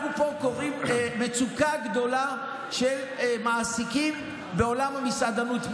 אנחנו פה קוראים מצוקה גדולה של מעסיקים בעולם המסעדנות.